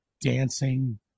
dancing